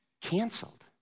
canceled